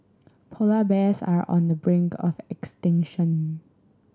polar bears are on the brink of extinction